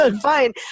Fine